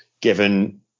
given